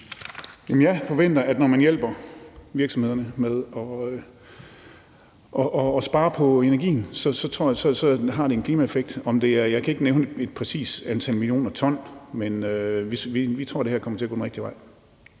Jeg forventer, at når man hjælper virksomhederne med at spare på energien, har det en klimaeffekt. Jeg kan ikke nævne et præcist antal millioner ton, men vi tror, det her kommer til at gå den rigtige vej.